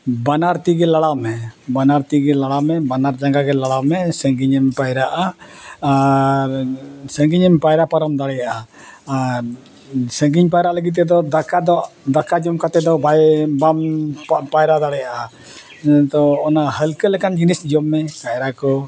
ᱵᱟᱱᱟᱨ ᱛᱮᱜᱮ ᱞᱟᱲᱟᱣ ᱢᱮ ᱵᱟᱱᱟᱨ ᱛᱤᱜᱤ ᱞᱟᱲᱟᱣ ᱢᱮ ᱵᱟᱱᱟᱨ ᱡᱟᱸᱜᱟ ᱜᱮ ᱞᱟᱲᱟᱣ ᱢᱮ ᱥᱟᱺᱜᱤᱧ ᱮᱢ ᱯᱟᱭᱨᱟᱜᱼᱟ ᱟᱨ ᱥᱟᱺᱜᱤᱧᱮᱢ ᱯᱟᱭᱨᱟ ᱯᱟᱨᱚᱢ ᱫᱟᱲᱮᱭᱟᱜᱼᱟ ᱟᱨ ᱥᱟᱺᱜᱤᱧ ᱯᱟᱭᱨᱟᱜ ᱞᱟᱹᱜᱤᱫ ᱛᱮᱫᱚ ᱫᱟᱠᱟ ᱫᱚ ᱫᱟᱠᱟ ᱡᱚᱢ ᱠᱟᱛᱮᱫ ᱫᱚ ᱵᱟᱭ ᱵᱟᱢ ᱯᱟᱭᱨᱟ ᱫᱟᱲᱮᱭᱟᱜᱼᱟ ᱛᱚ ᱚᱱᱟ ᱦᱟᱹᱞᱠᱟᱹ ᱞᱮᱠᱟᱱ ᱡᱤᱱᱤᱥ ᱡᱚᱢ ᱢᱮ ᱠᱟᱭᱨᱟ ᱠᱚ